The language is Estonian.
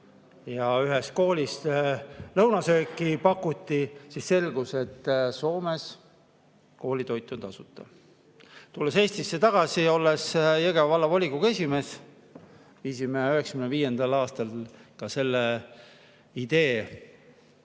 ja ühes koolis lõunasööki pakuti, siis selgus, et Soomes koolitoit on tasuta. Tulles Eestisse tagasi ja olles Jõgeva Vallavolikogu esimees, viisime 1995. aastal selle idee